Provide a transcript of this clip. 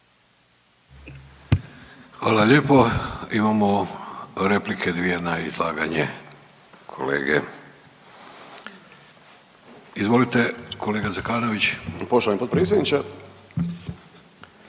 Hvala lijepo. Imamo replike dvije na izlaganje kolege. Izvolite kolega Zekanović. **Zekanović,